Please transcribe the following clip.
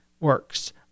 works